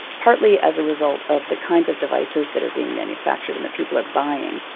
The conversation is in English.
partly as a result of the kinds of devices that are being manufactured and that people are buying,